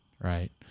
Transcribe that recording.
right